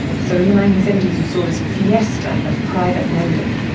so in the nineteen seventy s you saw this fiesta of private lending.